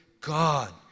God